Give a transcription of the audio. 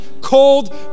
cold